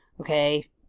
okay